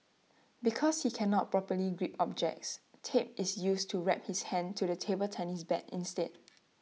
because he cannot properly grip objects tape is used to wrap his hand to the table tennis bat instead